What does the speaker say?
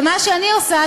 ומה שאני עושה,